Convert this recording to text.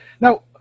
Now